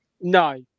No